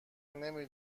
نمی